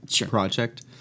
project